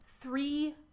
Three